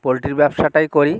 পোলট্রির ব্যবসাটাই করি